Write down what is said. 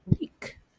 week